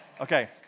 Okay